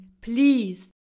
please